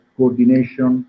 coordination